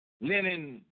linen